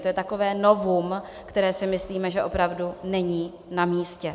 To je takové novum, které si myslíme, že opravdu není namístě.